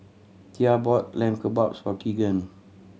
Thea bought Lamb Kebabs for Keegan